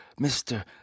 Mr